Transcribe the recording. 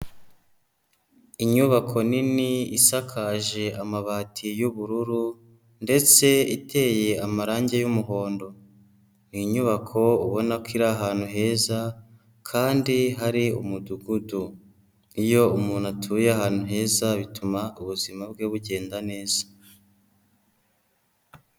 Inyubako nini isakaje amabati y'ubururu ndetse iteye amarange y'umuhondo. Ni inyubako ubona ko iri ahantu heza kandi hari umudugudu. Iyo umuntu atuye ahantu heza bituma ubuzima bwe bugenda neza.